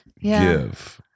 give